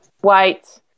white